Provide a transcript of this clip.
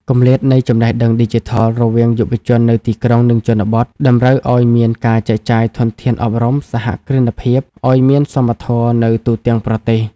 គម្លាតនៃចំណេះដឹងឌីជីថលរវាងយុវជននៅទីក្រុង និងជនបទ តម្រូវឱ្យមានការចែកចាយធនធានអប់រំសហគ្រិនភាពឱ្យមានសមធម៌នៅទូទាំងប្រទេស។